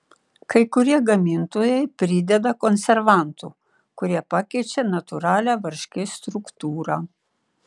kai kurie gamintojai prideda konservantų kurie pakeičią natūralią varškės struktūrą